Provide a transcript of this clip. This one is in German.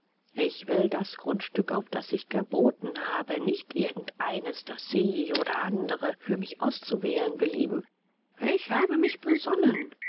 ich will das grundstück auf das ich geboten habe nicht irgendeines das sie oder andere für mich auszuwählen belieben ich habe mich besonnen